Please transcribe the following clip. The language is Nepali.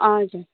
हजुर